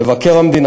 מבקר המדינה,